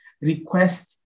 request